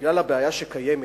בגלל הבעיה שקיימת,